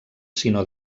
sinó